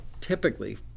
typically